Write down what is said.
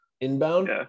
inbound